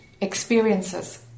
experiences